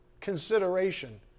consideration